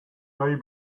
may